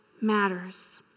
matters